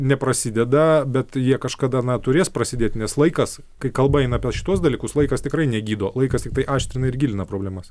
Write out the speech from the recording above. neprasideda bet jie kažkada na turės prasidėt nes laikas kai kalba eina apie šituos dalykus laikas tikrai negydo laikas tiktai aštrina ir gilina problemas